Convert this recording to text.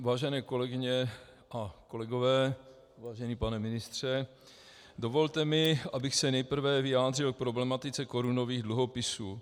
Vážené kolegyně a kolegové, vážený pane ministře, dovolte mi, abych se nejprve vyjádřil k problematice korunových dluhopisů.